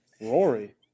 rory